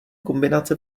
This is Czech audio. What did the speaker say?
kombinace